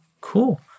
Cool